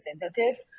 representative